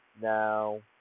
Now